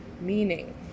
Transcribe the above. Meaning